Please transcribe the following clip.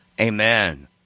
Amen